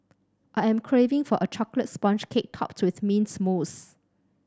I am craving for a chocolate sponge cake topped with mint mousse